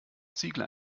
ziegler